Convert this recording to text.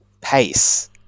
pace